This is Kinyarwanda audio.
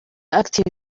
active